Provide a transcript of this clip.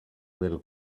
del